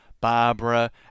Barbara